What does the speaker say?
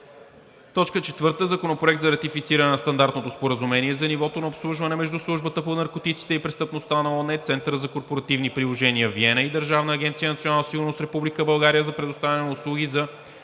2021 г. 4. Законопроект за ратифициране на Стандартното споразумение за нивото на обслужване между Службата по наркотиците и престъпността на ООН, Центъра за корпоративни приложения – Виена, и Държавна агенция „Национална сигурност“ – Република България, за предоставяне на услуги за